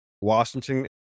washington